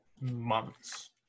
months